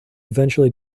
eventually